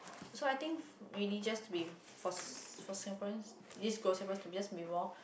so I think really just with for for Singaporean it's got Singaporean to be just involve